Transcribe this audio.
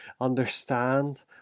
understand